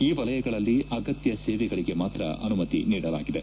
ಈ ವಲಯಗಳಲ್ಲಿ ಅಗತ್ಯ ಸೇವೆಗಳಿಗೆ ಮಾತ್ರ ಅನುಮತಿಸಲಾಗಿದೆ